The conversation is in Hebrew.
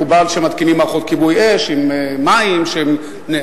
מקובל שמתקינים מערכות כיבוי אש עם מים שמופעלים,